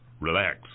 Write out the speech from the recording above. Relax